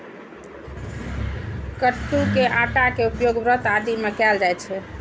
कट्टू के आटा के उपयोग व्रत आदि मे कैल जाइ छै